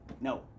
no